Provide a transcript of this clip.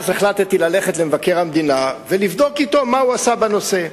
החלטתי ללכת למבקר המדינה ולבדוק אתו מה הוא עשה בנושא.